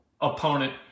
opponent